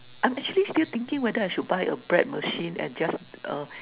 I'm actually still thinking whether I should buy a bread machine and just err